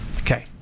Okay